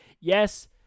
yes